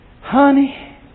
Honey